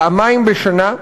פעמיים בשנה,